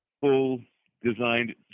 full-designed